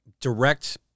direct